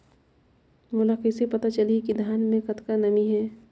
मोला कइसे पता चलही की धान मे कतका नमी हे?